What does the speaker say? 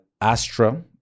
Astra